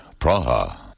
Praha